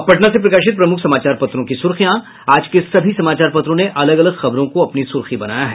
अब पटना से प्रकाशित प्रमुख समाचार पत्रों की सुर्खियां आज के सभी समाचार पत्रों ने अलग अलग खबरों को अपनी सुर्खी बनाया है